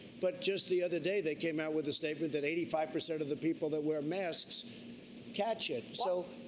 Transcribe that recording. but just the other day they came out with a statement that eighty five percent of the people that wear masks catch it. so